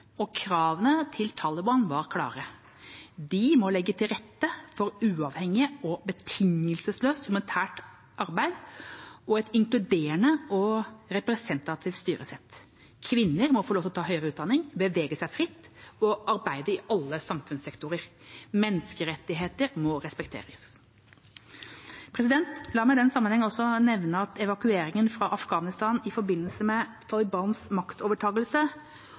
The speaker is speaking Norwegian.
Kravene til Taliban var klare: De må legge til rette for uavhengig og betingelsesløst humanitært arbeid og et inkluderende og representativt styresett. Kvinner må få lov til å ta høyere utdanning, bevege seg fritt og arbeide i alle samfunnssektorer. Menneskerettigheter må respekteres. La meg i denne sammenheng også nevne at evakueringen fra Afghanistan i forbindelse med Talibans maktovertagelse,